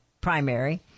primary